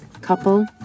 couple